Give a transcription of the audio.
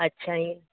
अच्छा इअं